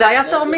זאת הייתה תרמית.